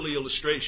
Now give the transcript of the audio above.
illustration